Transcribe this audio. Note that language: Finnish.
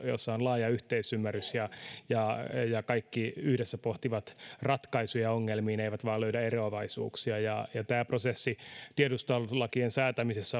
jossa on laaja yhteisymmärrys ja ja kaikki yhdessä pohtivat ratkaisuja ongelmiin eivätkä vain löydä eroavaisuuksia ja ja tämä prosessi tiedustelulakien säätämisessä